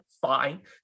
fine